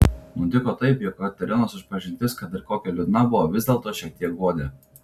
nutiko taip jog katerinos išpažintis kad ir kokia liūdna buvo vis dėlto šiek tiek guodė